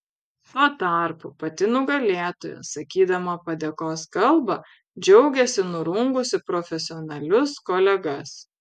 tuo tarpu pati nugalėtoja sakydama padėkos kalbą džiaugėsi nurungusi profesionalius kolegas